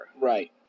Right